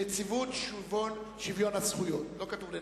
נציבות שוויון זכויות ולא כתוב "לנכים".